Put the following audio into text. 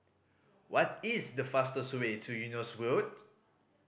what is the fastest way to Eunos Road